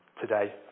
today